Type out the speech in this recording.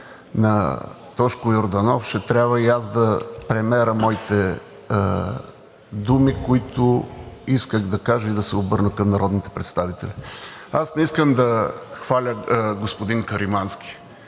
на Тошко Йорданов ще трябва и аз да премеря моите думи, които исках да кажа, и да се обърна към народните представители. Аз не искам да хваля господин Каримански.